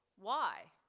why?